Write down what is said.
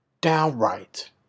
Downright